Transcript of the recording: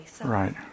Right